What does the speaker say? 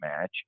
match